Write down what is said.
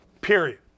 Period